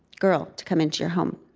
girl to come into your home.